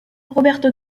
roberto